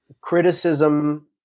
criticism